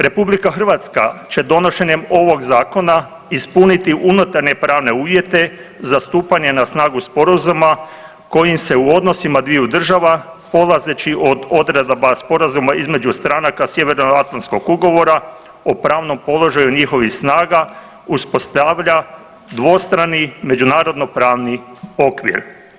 RH će donošenjem ovog Zakona ispuniti unutarnje i pravne uvjete za stupanje na snagu Sporazuma, kojim se u odnosima dviju država, polazeći od odredaba Sporazuma između stranaka Sjeveroatlantskog ugovora o pravnom položaju njihovih snaga uspostavlja dvostrani međunarodno-pravni okvir.